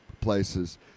places